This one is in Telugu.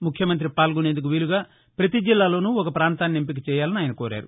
ముఖ్యమంత్రి పాల్గొనేందుకు వీలుగా ప్రతి జిల్లాలోనూ ఒక ప్రాంతాన్ని ఎంపిక చేయాలని ఆయన కోరారు